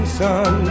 sun